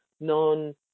Non